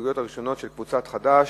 ההסתייגויות הראשונות של קבוצת חד"ש,